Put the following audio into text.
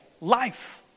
life